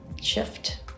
shift